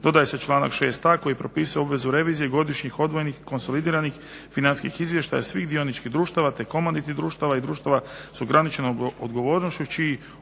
dodaje se članak 6.a koji propisuje obvezu revizije godišnjih odvojenih i konsolidiranih financijskih izvještaja svih dioničkih društava te komanditnih društava i društava s ograničenom odgovornošću